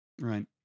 Right